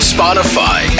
Spotify